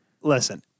listen